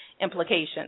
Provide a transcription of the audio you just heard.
implications